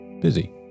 busy